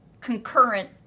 concurrent